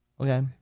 Okay